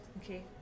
Okay